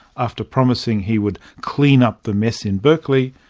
after promising he would clean up the mess in berkeley,